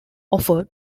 offered